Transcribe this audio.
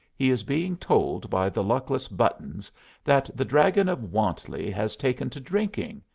he is being told by the luckless buttons that the dragon of wantley has taken to drinking,